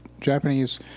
Japanese